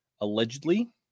Allegedly